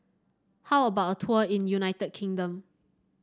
how about a tour in United Kingdom